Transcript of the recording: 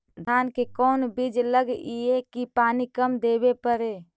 धान के कोन बिज लगईऐ कि पानी कम देवे पड़े?